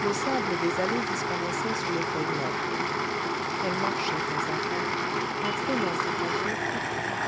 le sable des allées disparaissait sous les feuilles mortes elle marchait pas à pas en traînant ses pantoufles